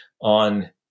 on